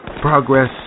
Progress